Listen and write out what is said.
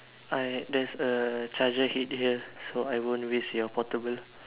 I there's a charger head here so I won't waste your portable